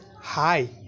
hi